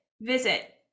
visit